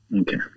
Okay